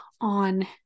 on